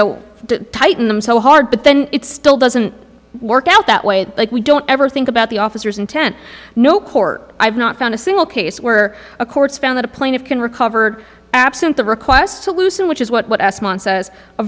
know tighten them so hard but then it still doesn't work out that way but we don't ever think about the officers intent no court i've not found a single case where a court's found that a plaintiff can recover absent the request solution which is what